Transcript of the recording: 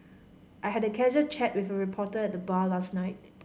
I had a casual chat with a reporter at the bar last night